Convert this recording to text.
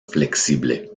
flexible